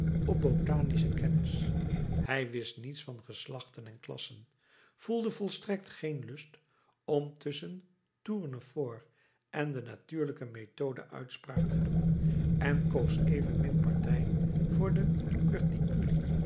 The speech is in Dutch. op botanische kennis hij wist niets van geslachten en klassen voelde volstrekt geen lust om tusschen tournefort en de natuurlijke methode uitspraak te doen en koos evenmin partij voor de